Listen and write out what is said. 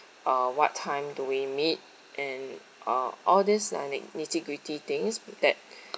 uh what time do we meet and uh all these like ni~ nitty gritty things that